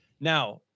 Now